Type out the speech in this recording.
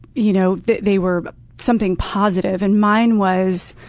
you know they they were something positive. and mine was,